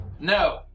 No